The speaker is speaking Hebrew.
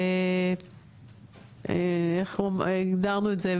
ואיך הגדרנו את זה?